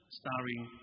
starring